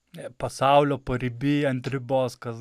pasaulio pariby ant ribos kas